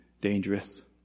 dangerous